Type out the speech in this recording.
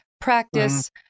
practice